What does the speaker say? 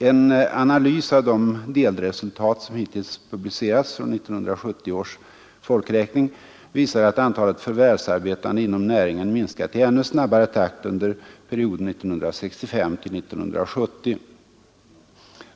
En analys av de delresultat som hittills publicerats från 1970 års folkräkning visar att antalet förvärvsarbetande inom näringen minskat i ännu snabbare takt under perioden 1965—1970.